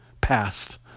past